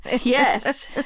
Yes